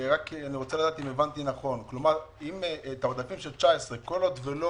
אני רוצה לדעת אם הבנתי נכון לגבי העודפים של 2019. כל עוד לא